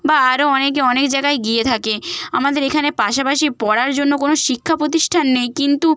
বা আরও অনেকে অনেক জায়গায় গিয়ে থাকে আমাদের এখানে পাশাপাশি পড়ার জন্য কোনো শিক্ষা প্রতিষ্ঠান নেই কিন্তু